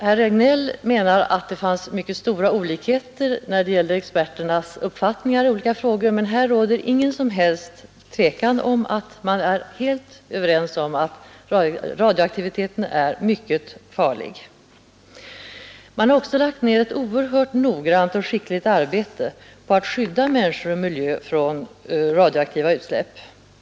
Herr Regnéll menade att det fanns mycket stora olikheter när det gäller experternas uppfattningar i olika frågor, men här råder ingen som helst tvekan; man är helt överens om att radioaktiviteten är mycket farlig. Det har också lagts ner ett oerhört noggrant och skickligt arbete på att skydda människor och miljö från radioaktiva utsläpp.